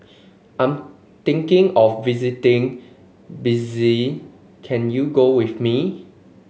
I'm thinking of visiting can you go with me